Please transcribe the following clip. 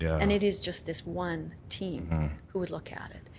and it is just this one team who would look at it.